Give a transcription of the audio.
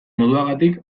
moduagatik